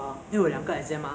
不是那个 SingPost